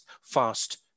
fast